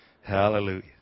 Hallelujah